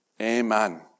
Amen